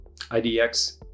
IDX